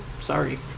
sorry